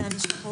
אני אשלח הודעה.